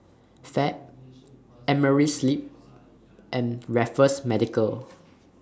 Fab Amerisleep and Raffles Medical